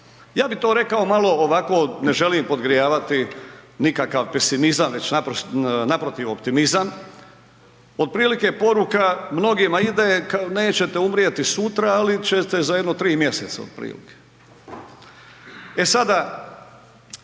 Ja bi to rekao malo ovako, ne želim podgrijavati nikakav pesimizam, već naprotiv optimizam otprilike poruka mnogima ide, nećete umrijeti sutra ali ćete za jedno tri mjeseca otprilike.